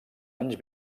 anys